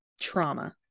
trauma